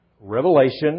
Revelation